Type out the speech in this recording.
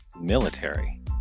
military